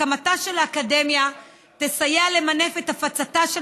הקמתה של האקדמיה תסייע למנף את הפצתה של